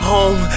Home